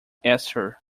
esther